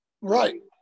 Right